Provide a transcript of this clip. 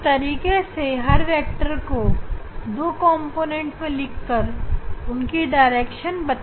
इस तरीके से हर वेक्टर को दो कॉम्पोनेंटमें लिखा जा सकता है चाहे उसकी कोई भी दिशा हो